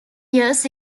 years